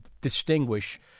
distinguish